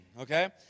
okay